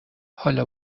حالا